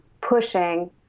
pushing